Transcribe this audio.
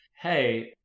hey